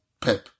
Pep